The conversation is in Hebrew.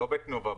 לא בתנובה.